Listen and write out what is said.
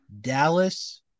Dallas